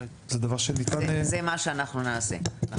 זה מה שאנחנו נעשה.